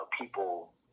people